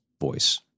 voice